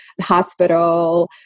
hospital